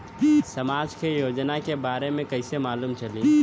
समाज के योजना के बारे में कैसे मालूम चली?